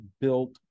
built